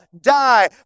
die